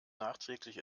nachträglich